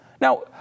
Now